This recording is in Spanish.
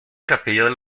capillas